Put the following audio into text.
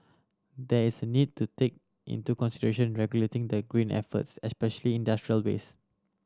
there is a need to take into consideration regulating the green efforts especially industrial waste